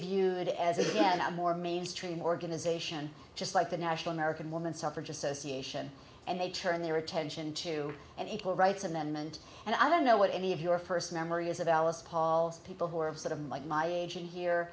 viewed as again a more mainstream organization just like the national merican woman suffrage association and they turned their attention to an equal rights amendment and i don't know what any of your first memory is of alice paul's people who are of sort of like my age in here